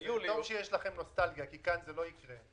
שיש לכם נוסטלגיה כי כאן זה לא ייקרה.